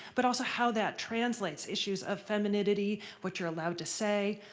but also how that translates. issues of femininity, what you're allowed to say.